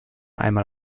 einmal